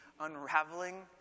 unraveling